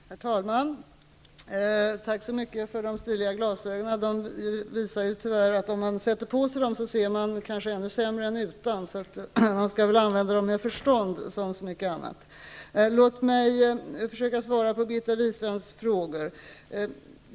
Herr talman! Jag tackar Barbro Westerholm så mycket för de stiliga glasögonen. Men om man sätter dem på sig ser man kanske ännu sämre än utan, så man skall väl använda dem med förstånd, som så mycket annat. Låt mig försöka svara på Birgitta Wistrands frågor.